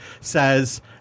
says